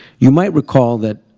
you might recall that.